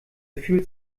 fühlt